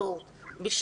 אז